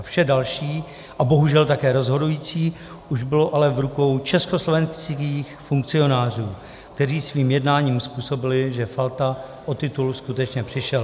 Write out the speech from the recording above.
Vše další a bohužel také rozhodující už bylo ale v rukou československých funkcionářů, kteří svým jednáním způsobili, že Falta o titul skutečně přišel.